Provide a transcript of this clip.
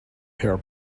hair